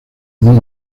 muy